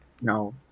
no